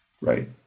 right